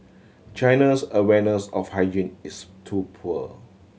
China's awareness of hygiene is too poor